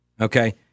Okay